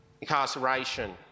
incarceration